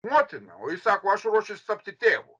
motina o jis sako aš ruošiuos tapti tėvu